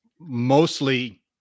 mostly